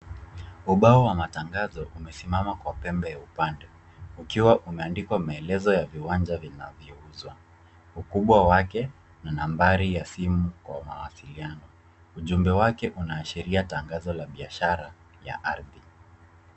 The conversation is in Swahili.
Ubao wa matanganzo umesimama kwa pembe ya upande. Ukiwa umeandikwa maelezo ya viwanja vinavyouzwa. Ukubwa wake, na nambari ya simu kwa mawasiliana. Ujumbe wake unaashilia tanganzo la biashara ya ardhi.